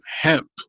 hemp